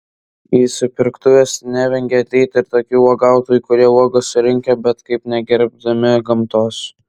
į supirktuves nevengia ateiti ir tokių uogautojų kurie uogas surinkę bet kaip negerbdami gamtos